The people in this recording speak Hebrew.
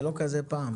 זה לא כזה פעם.